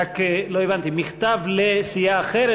רק לא הבנתי: מכתב לסיעה אחרת,